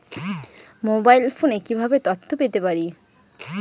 Mobile ফোনে কিভাবে তথ্য পেতে পারি?